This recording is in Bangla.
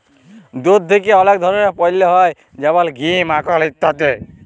দুধ থেক্যে অলেক ধরলের পল্য হ্যয় যেমল ঘি, মাখল ইত্যাদি